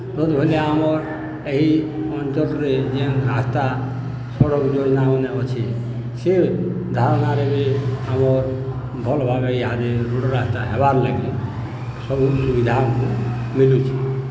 ଶୋଚ୍ ଭଲିଆ ଆମର୍ ଏହି ଅଞ୍ଚଳ୍ରେ ଯେନ୍ ରାସ୍ତା ସଡ଼କ୍ ଯୋଜ୍ନାମନେ ଅଛେ ସେ ଧାରଣାରେ ବି ଆମର୍ ଭଲ୍ ଭାବେ ରୋଡ଼୍ ରାସ୍ତା ହେବାର୍ ଲାଗି ସବୁ ସୁବିଧା ମିଲୁଛେ